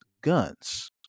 guns